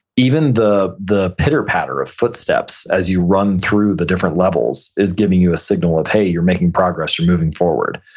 even the the pitter patter of footsteps as you run through the different levels is giving you a signal of, hey, you're making progress, you're moving forward.